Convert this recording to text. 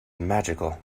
magical